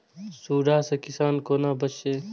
सुंडा से किसान कोना बचे?